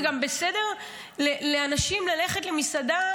זה גם בסדר לאנשים ללכת למסעדה,